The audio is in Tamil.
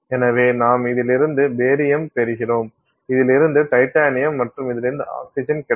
எனவே நாம் இதிலிருந்து பேரியம் பெறுகிறோம் இதிலிருந்து டைட்டானியம் மற்றும் இதிலிருந்து ஆக்ஸிஜன் கிடைக்கும்